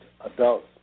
adults